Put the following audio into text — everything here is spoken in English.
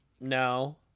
No